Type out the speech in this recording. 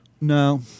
No